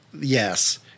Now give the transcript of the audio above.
yes